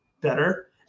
better